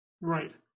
Right